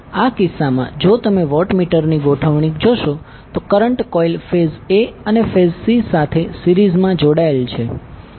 આ કિસ્સામાં જો તમે વોટમીટરની ગોઠવણી જોશો તો કરંટ કોઇલ ફેઝ a અને ફેઝ c સાથે સીરીઝમાં જોડાયેલ છે